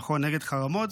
נכון, נגד חרמות.